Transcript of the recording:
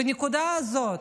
בנקודה הזאת,